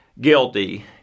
guilty